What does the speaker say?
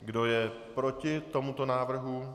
Kdo je proti tomuto návrhu?